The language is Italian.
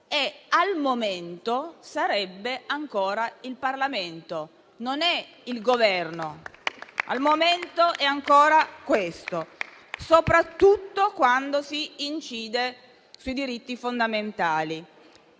al momento sarebbe ancora il Parlamento e non il Governo. Al momento è ancora questo, soprattutto quando si incide sui diritti fondamentali.